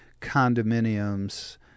condominiums